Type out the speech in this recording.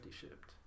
shipped